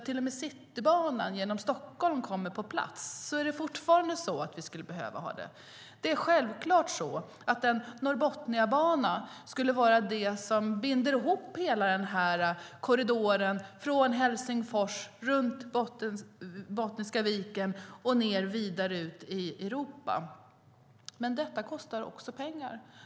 När Citybanan genom Stockholm är på plats skulle en norrbotniabana vara det som binder ihop korridoren från Helsingfors, runt Bottniska viken och ner vidare ut i Europa. Men detta kostar också pengar.